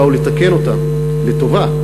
באו לתקן אותה לטובה,